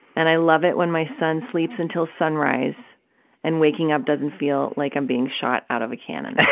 and i love it when my son sleeps until sunrise and waking up doesn't feel like i'm being shot out of a cannon.